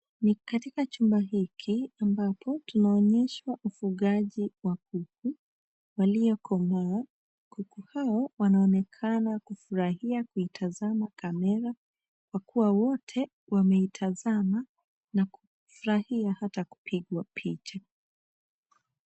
NI katika chumba hiki ambapo tunaonyeshwa ufugaji wa kuku waliokomaa kuku hao wanaonekana kufurahia kuitazama kamera wakiwa wote wameitazama na kufurahia hata kupigwa picha.